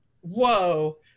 Whoa